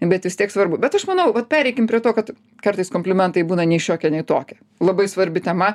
bet vis tiek svarbu bet aš manau vat pereikim prie to kad kartais komplimentai būna nei šiokie nei tokie labai svarbi tema